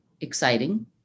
exciting